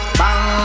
bang